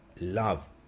love